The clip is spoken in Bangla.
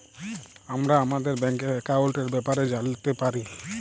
আমরা আমাদের ব্যাংকের একাউলটের ব্যাপারে জালতে পারি